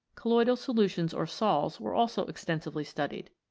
colloidal solutions or sols were also extensively studied.